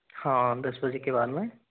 हाँ दस बजे के बाद में